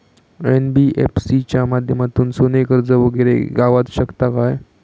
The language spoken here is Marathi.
एन.बी.एफ.सी च्या माध्यमातून सोने कर्ज वगैरे गावात शकता काय?